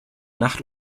nacht